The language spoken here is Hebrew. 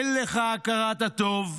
אין לך הכרת הטוב,